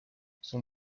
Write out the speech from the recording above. son